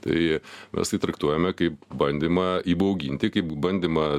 tai mes tai traktuojame kaip bandymą įbauginti kaip bandymą